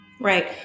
Right